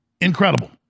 Incredible